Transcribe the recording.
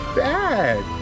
bad